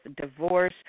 divorce